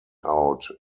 out